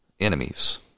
enemies